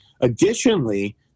Additionally